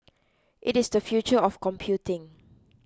it is the future of computing